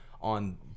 on